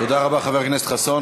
תודה רבה, חבר הכנסת חסון.